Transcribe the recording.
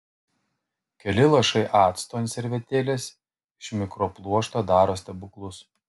keli lašai acto ant servetėlės iš mikropluošto daro stebuklus